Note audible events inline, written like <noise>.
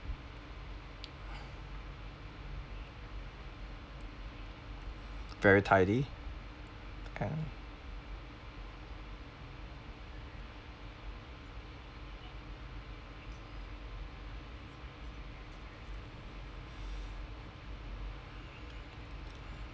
<breath> very tidy ya